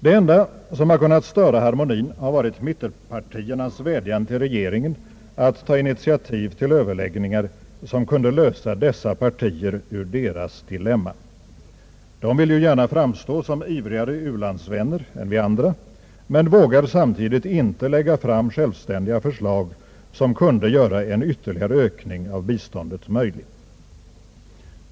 Det enda som kunnat störa harmonin har varit mittenpartiernas vädjan till regeringen att ta initiativ till överläggningar, som kunde lösa dessa partier ur deras dilemma. De vill gärna framstå som ivrigare u-landsvänner än vi andra, men vågar samtidigt inte lägga fram självständiga förslag som kunde göra en ytterligare ökning av biståndet möjlig.